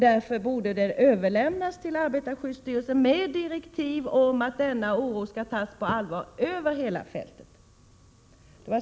Därför borde frågan överlämnas till arbetarskyddsstyrelsen med direktiv om att denna oro skall tas på allvar över hela fältet.